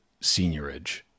seniorage